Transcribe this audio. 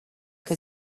they